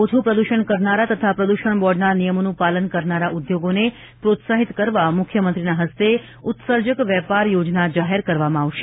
ઓછું પ્રદ્રષણ કરનારા તથા પ્રદ્રષણ બોર્ડના નિયમોનું પાલન કરનારા ઉદ્યોગોને પ્રોત્સાહિત કરવા મુખ્યમંત્રીના હસ્તે ઉત્સર્જક વેપાર યોજના જાહેર કરવામાં આવશે